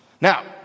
Now